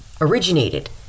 originated